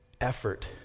effort